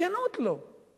בכנות, לא.